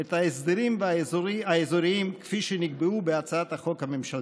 את ההסדרים והאיזונים כפי שנקבעו בהצעת החוק הממשלתית: